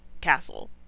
castle